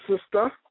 sister